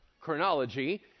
chronology